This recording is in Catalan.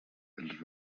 els